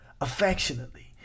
affectionately